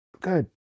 good